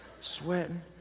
sweating